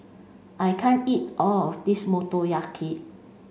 I can't eat all of this Motoyaki